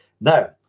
Now